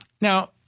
now